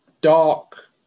dark